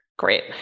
great